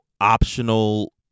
optional